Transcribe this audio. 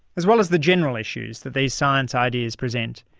as well as the general issues that these science ideas present,